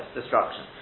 destruction